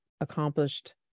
accomplished